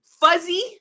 fuzzy